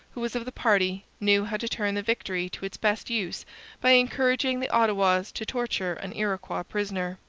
who was of the party, knew how to turn the victory to its best use by encouraging the ottawas to torture an iroquois prisoner.